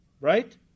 Right